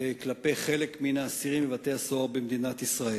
כלפי חלק מהאסירים בבתי-הסוהר במדינת ישראל.